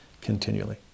continually